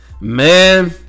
man